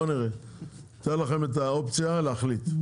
אני נותן לכם את האופציה להחליט.